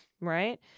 right